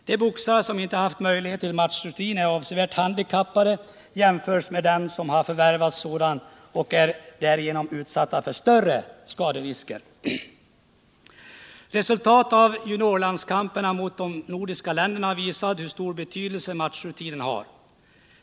De boxare som inte har haft möjlighet till matchrutin är avsevärt handikappade i jämförelse med dem som förvärvat sådan, och de är därigenom utsatta för större skaderisker. Resultatet av juniorlandskamperna mot de nordiska länderna har visat hur stor betydelse matchrutinen har.